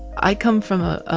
i come from a